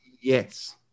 Yes